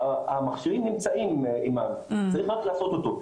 המכשירים נמצאים אימאן, צריך רק לעשות אותו.